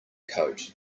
coat